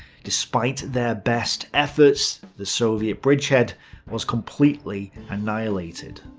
despite their best efforts, the soviet bridgehead was completely annihilated.